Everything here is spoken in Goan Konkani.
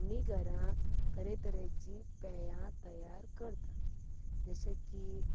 आमीं घरांत तरे तरेंचीं पेयां तयार करता जशें की